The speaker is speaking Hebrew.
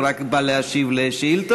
הוא רק בא להשיב על שאילתות,